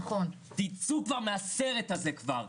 תצאו כבר מהסרט הזה כבר,